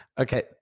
Okay